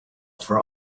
for